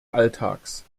alltags